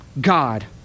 God